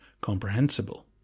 comprehensible